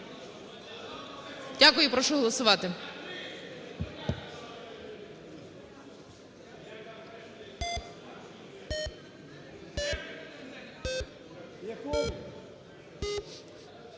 Дякую. Прошу голосувати.